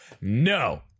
No